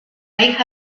hija